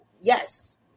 yes